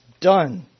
done